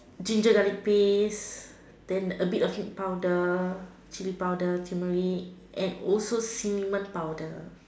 ginger garlic paste then a bit of powder chilli powder turmeric and also cinnamon powder